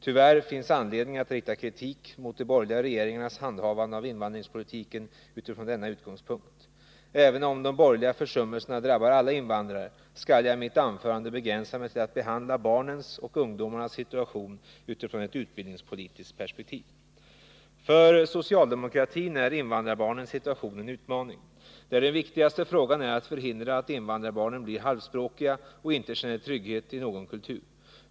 Tyvärr finns anledning att rikta kritik mot de borgerliga regeringarnas handhavande av invandrarpolitiken utifrån denna utgångspunkt. Även om de borgerliga försummelserna drabbar alla invandrare skall jag i mitt anförande begränsa mig till att behandla barnens och ungdomarnas situation utifrån ett utbildningspolitiskt perspektiv. För socialdemokratin är invandrarbarnens situation en utmaning, där den viktigaste frågan är att förhindra att invandrarbarnen blir halvspråkiga och inte känner trygghet i någon kultur.